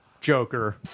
Joker